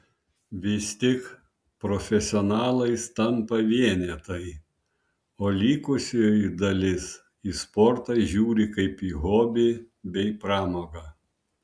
vis tik profesionalais tampa vienetai o likusioji dalis į sportą žiūri kaip į hobį bei pramogą